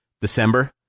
December